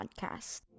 Podcast